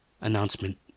announcement